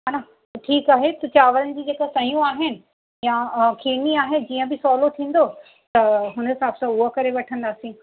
हा न त ठीकु आहे चांवरनि जी जेका सयूं आहिनि यां खीरनी आहे जीअं बि सवलो थींदो त हुन हिसाब सां हूअ करे वठंदासीं